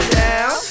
down